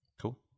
Cool